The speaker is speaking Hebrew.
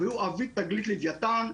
תגלית לוויתן.